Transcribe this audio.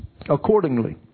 accordingly